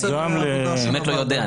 אני באמת לא יודע,